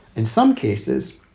in some cases,